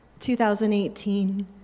2018